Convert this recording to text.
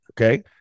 Okay